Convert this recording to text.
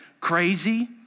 crazy